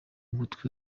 gutwi